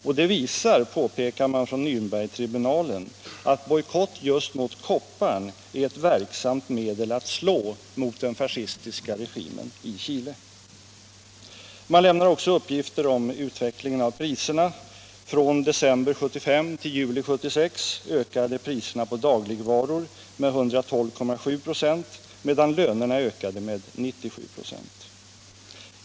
Detta visar, påpekar man från Närnbergtribunalen, att bojkott just mot koppar är ett verksamt medel för att slå mot den fascistiska regimen i Chile. Man lämnar också uppgifter om utvecklingen av priserna. Från december 1975 till juli 1976 ökade priserna på dagligvaror med 112,7 96, medan lönerna ökade med 97 926.